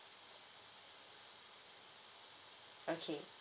okay